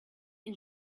and